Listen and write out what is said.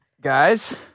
guys